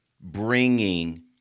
bringing